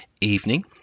evening